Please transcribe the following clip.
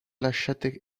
lasciate